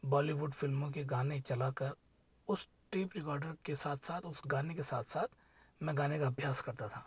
बॉलीवुड फ़िल्मों के गाने चलाकर उस टेप रिकॉर्डर के साथ साथ उस गाने के साथ साथ मैं गाने का अभ्यास करता था